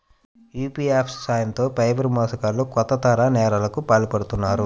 UPI apps సాయంతో cyber మోసగాళ్లు కొత్త తరహా నేరాలకు పాల్పడుతున్నారు